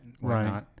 Right